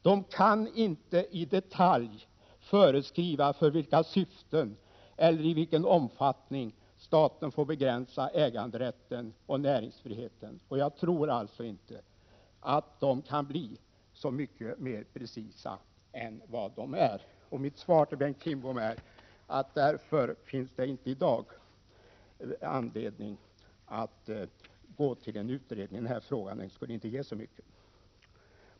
De kan inte i detalj föreskriva för vilka syften eller i vilken omfattning staten får begränsa äganderätten och näringsfriheten. Jag tror alltså inte att de kan bli så mycket mer precisa än vad de redan är. Mitt svar till Bengt Kindbom blir därför att det i dag inte finns anledning att framtvinga en utredning i den här frågan. Den skulle inte ge så mycket.